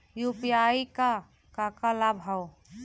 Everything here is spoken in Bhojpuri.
यू.पी.आई क का का लाभ हव?